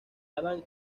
adam